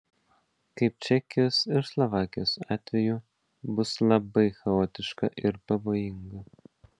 kaip čekijos ir slovakijos atveju bus labai chaotiška ir pavojinga